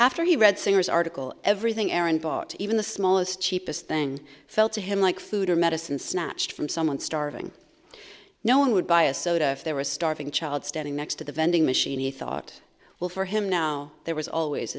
after he read singer's article everything aaron bought even the smallest cheapest thing felt to him like food or medicine snatched from someone starving no one would buy a soda if there were a starving child standing next to the vending machine he thought well for him now there was always